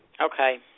Okay